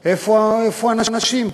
איפה האנשים?